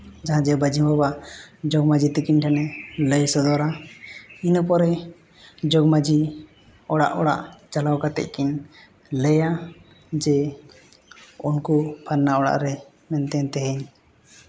ᱡᱟᱦᱟᱸ ᱡᱮ ᱢᱟᱹᱡᱷᱤ ᱵᱟᱵᱟ ᱡᱚᱜᱽ ᱢᱟᱹᱡᱷᱤ ᱛᱟᱹᱠᱤᱱ ᱴᱷᱮᱱᱮ ᱞᱟᱹᱭ ᱥᱚᱫᱚᱨᱟ ᱤᱱᱟᱹ ᱯᱚᱨᱮ ᱡᱚᱜᱽ ᱢᱟᱹᱡᱷᱤ ᱚᱲᱟᱜᱼᱚᱲᱟᱜ ᱪᱟᱞᱟᱣ ᱠᱟᱛᱮ ᱠᱤᱱ ᱞᱟᱹᱭᱟ ᱡᱮ ᱩᱱᱠᱩ ᱯᱷᱟᱨᱱᱟ ᱚᱲᱟᱜ ᱨᱮ ᱢᱮᱱᱛᱮ ᱛᱮᱦᱮᱧ